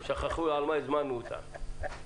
ושוכחים על מה הזמנו אותם.